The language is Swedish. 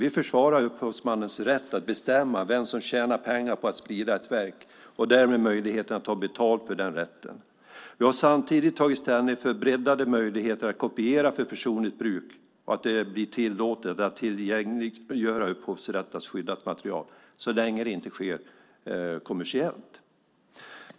Vi försvarar upphovsmannens rätt att bestämma vem som tjänar pengar på att sprida ett verk och därmed möjligheten att ta betalt för den rätten. Vi har samtidigt tagit ställning för att bredda möjligheterna att kopiera för personligt bruk, att det blir tillåtet att tillgängliggöra upphovsrättsskyddat material så länge det inte sker kommersiellt.